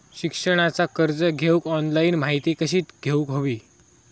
शिक्षणाचा कर्ज घेऊक ऑनलाइन माहिती कशी घेऊक हवी?